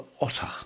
Otter